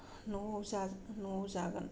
न'आव जा न'आव जागोन